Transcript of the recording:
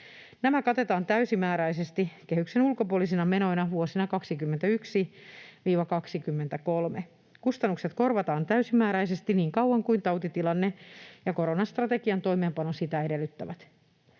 Nämä katetaan täysimääräisesti kehyksen ulkopuolisina menoina vuosina 21—23. Kustannukset korvataan täysimääräisesti niin kauan kuin tautitilanne ja koronastrategian toimeenpano sitä edellyttävät.